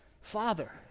father